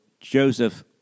Joseph